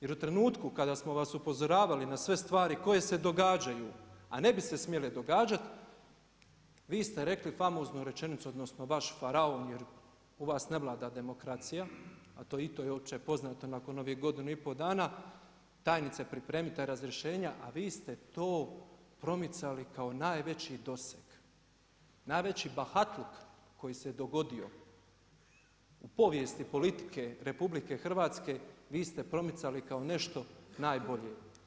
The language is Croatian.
Jer u trenutku kada smo vas upozoravali na sve stvari koje se događaju, a ne bi se smijale događati, vi ste rekli famoznu rečenicu, odnosno, vaš faraum jer u vas ne vlada demokracija a to i to je opće poznato nakon ovih godinu i pol dana, tajnica, pripremite razriješena, a vi ste to promicali, kao najveći doseg, najveći bahatluk, koji se dogodio u povijesti politike RH, vi ste promicali kao nešto najbolje.